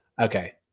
Okay